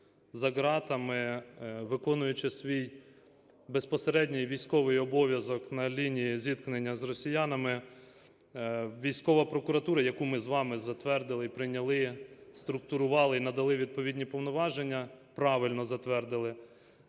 за ґратами, виконуючи свій безпосередній військовий обов'язок на лінії зіткнення з росіянами. Військова прокуратура, яку ми з вами затвердили і прийняли, структурували і надали відповідні повноваження, правильно затвердили,